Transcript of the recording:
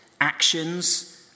actions